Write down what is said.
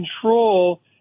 Control